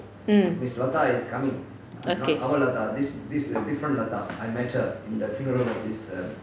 mm okay